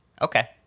Okay